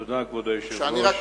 תודה, כבוד היושב-ראש.